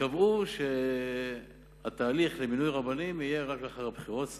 הם קבעו שתהליך המינוי של רבנים יהיה רק לאחר הבחירות,